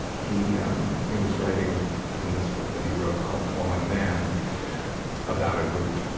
he um he was writing in this book that he wrote called falling man about a group,